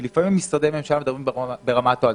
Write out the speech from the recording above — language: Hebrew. כי לפעמים משרדי הממשלה מדברים ברמה התועלתנית,